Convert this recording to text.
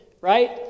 right